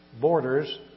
borders